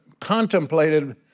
contemplated